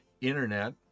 internet